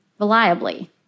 reliably